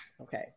Okay